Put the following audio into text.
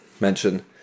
mention